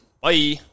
Bye